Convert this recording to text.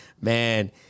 man